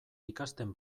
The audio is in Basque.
ikasten